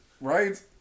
Right